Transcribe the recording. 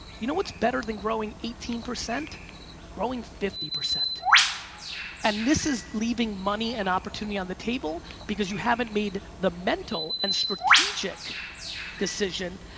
you know what's better than growing eighteen? growing fifty percent and this is leaving money and opportunity on the table because you haven't made the mental and strategic decision,